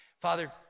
Father